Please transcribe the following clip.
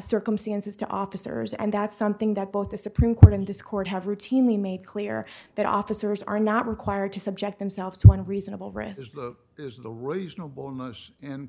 circumstances to officers and that's something that both the supreme court and discord have routinely made clear that officers are not required to subject themselves to when reasonable risk is the is the